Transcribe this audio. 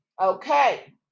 Okay